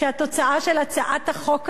שהתוצאה של הצעת החוק הזאת,